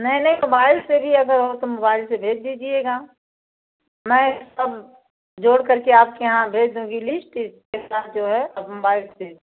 नहीं नहीं मोबाइल से भी अगर हो तो मोबाइल से भेज दीजिएगा मैं सब जोड़ करके आपके यहाँ भेज दूंगी लिस्ट इसके साथ जो है आप मोबाईल से भेज दें